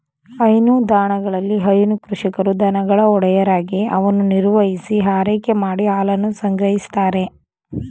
ಹೈನುದಾಣಗಳಲ್ಲಿ ಹೈನು ಕೃಷಿಕರು ದನಗಳ ಒಡೆಯರಾಗಿ ಅವನ್ನು ನಿರ್ವಹಿಸಿ ಆರೈಕೆ ಮಾಡಿ ಹಾಲನ್ನು ಸಂಗ್ರಹಿಸ್ತಾರೆ